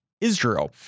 Israel